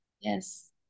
Yes